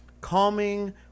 calming